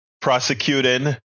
prosecuting